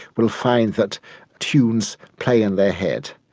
will find that tunes play in their head.